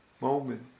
moment